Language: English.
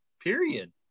period